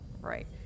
Right